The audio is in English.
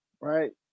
right